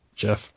Jeff